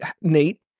Nate